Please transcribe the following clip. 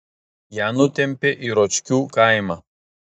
ją nutempė į ročkių kaimą